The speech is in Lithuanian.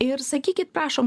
ir sakykit prašom